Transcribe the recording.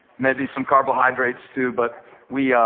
maybe some carbohydrates too. but we